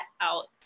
out